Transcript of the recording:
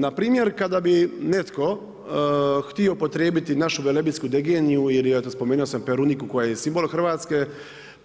Npr. kada bi netko htio upotrijebiti našu velebitsku degeniju ili peruniku koja je simbol Hrvatske,